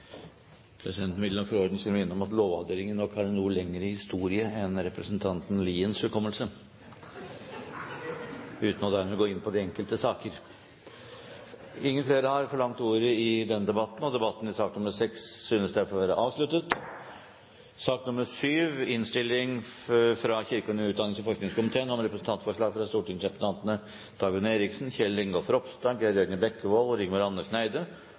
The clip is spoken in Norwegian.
Presidenten vil for ordens skyld minne om at Lovavdelingen nok har en noe lengre historie enn representanten Liens hukommelse – uten dermed å gå inn på de enkelte saker! Flere har ikke bedt om ordet til sak nr. 6. Etter ønske fra kirke-, utdannings- og forskningskomiteen vil presidenten foreslå at taletiden begrenses til 40 minutter og